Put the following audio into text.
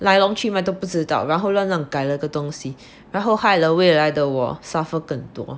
来龙去脉都不知道然后乱乱让改了个东西然后害了未来的我 suffer 更多